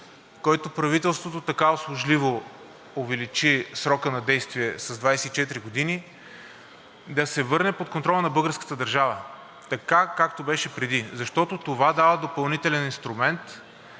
който правителството така услужливо увеличи срока на действие с 24 години, да се върне под контрола на българската държава, така, както беше преди. Защото това дава допълнителен инструмент